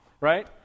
right